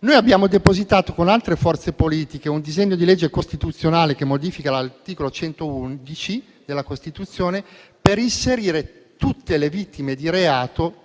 Noi abbiamo depositato con altre forze politiche un disegno di legge costituzionale che modifica l'articolo 111 della Costituzione per inserire tutte le vittime di reato